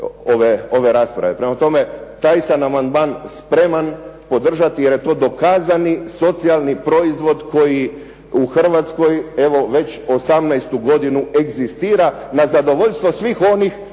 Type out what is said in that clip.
ove rasprave. Prema tome, taj sam amandman spreman podržati jer je to dokazani socijalni proizvod koji u Hrvatskoj evo već 18 godinu egzistira na zadovoljstvo svih onih koji